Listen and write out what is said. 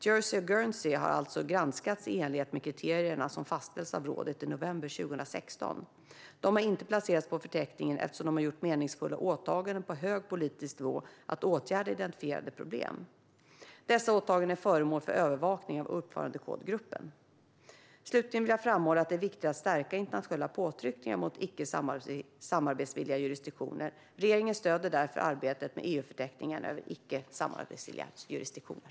Jersey och Guernsey har alltså granskats i enlighet med de kriterier som fastställdes av rådet i november 2016. De har inte placerats på förteckningen eftersom de har gjort meningsfulla åtaganden på hög politisk nivå att åtgärda identifierade problem. Dessa åtaganden är föremål för övervakning av uppförandekodgruppen. Slutligen vill jag framhålla att det är viktigt att stärka internationella påtryckningar mot icke samarbetsvilliga jurisdiktioner. Regeringen stöder därför arbetet med EU-förteckningen över icke samarbetsvilliga jurisdiktioner.